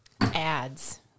ads